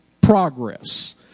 progress